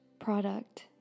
product